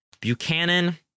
Buchanan